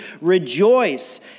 rejoice